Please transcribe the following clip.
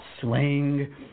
Sling